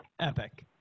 epic